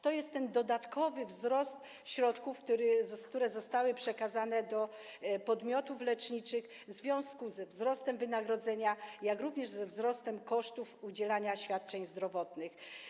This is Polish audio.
To jest ten dodatkowy wzrost środków, które zostały przekazane do podmiotów leczniczych w związku ze wzrostem wynagrodzenia, jak również ze wzrostem kosztów udzielania świadczeń zdrowotnych.